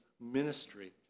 ministry